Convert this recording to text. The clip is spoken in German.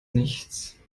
nichts